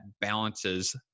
balances